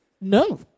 No